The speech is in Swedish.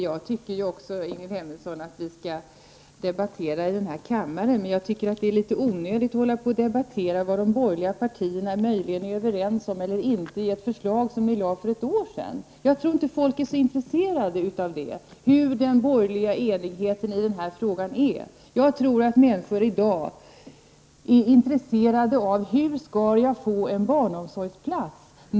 Herr talman! Även jag tycker att vi skall debattera här i kammaren, men jag anser att det är litet onödigt att diskutera vad de borgerliga partierna möjligen är överens om eller inte överens om när det gäller ett förslag som lades fram för ett år sedan. Jag tror inte att folk är så intresserade av att få veta hur det förhåller sig med den borgerliga enigheten i frågan. För min del tror jag att människor i dag är intresserade av hur de skall kunna få en barnomsorgsplats.